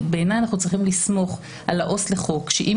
בעיניי אנחנו צריכים לסמוך על העובד הסוציאלי לחוק שאם